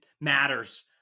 matters